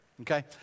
Okay